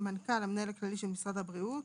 "מנכ"ל" המנהל הכללי של משרד הבריאות,